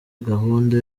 gahunda